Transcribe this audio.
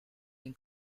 den